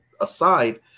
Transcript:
aside